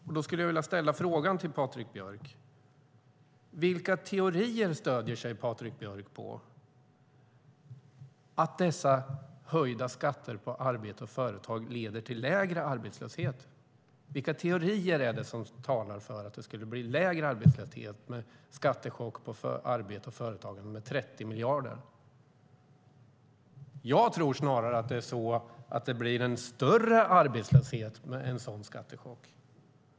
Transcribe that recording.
Jag skulle vilja ställa en fråga till Patrik Björck. Vilka teorier stöder sig Patrik Björck på? Vilka teorier är det som talar för att det skulle bli lägre arbetslösheten med en skattechock på 30 miljarder på arbete och företagande? Jag tror snarare att det blir en större arbetslöshet med en sådan skattechock.